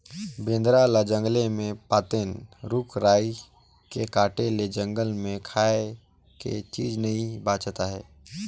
बेंदरा ल जंगले मे पातेन, रूख राई के काटे ले जंगल मे खाए के चीज नइ बाचत आहे